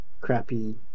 crappy